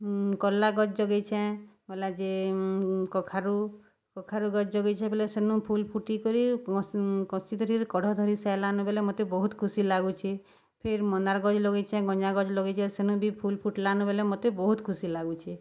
କର୍ଲା ଗଛ୍ ଜଗେଇଛେଁ ଗଲା ଯେ କଖାରୁ କଖାରୁ ଗଛ୍ ଜଗେଇଛେଁ ବେଲେ ସେନୁ ଫୁଲ୍ ଫୁଟିକରି କଷିଧରି କରି କଢ଼ ଧରିସାଏଲାନ ବେଲେ ମତେ ବହୁତ୍ ଖୁସି ଲାଗୁଛେ ଫେର୍ ମନ୍ଦାର୍ ଗଛ୍ ଲଗେଇଛେଁ ଗଞ୍ଜା ଗଛ୍ ଲଗେଇଛେଁ ସେନୁ ବି ଫୁଲ୍ ଫୁଟ୍ଲାନ ବେଲେ ମତେ ବହୁତ୍ ଖୁସି ଲାଗୁଛେ